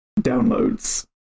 downloads